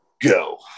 Go